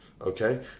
okay